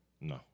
No